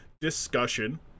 discussion